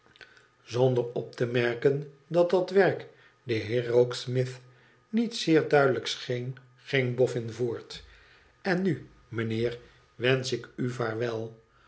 zonder op te merken dat dat werk den heer rokesmith niet zeer duidelijk scheen ging bofhn voort n nu mijnheer wensch ik u vaarwel